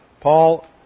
Paul